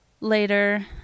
later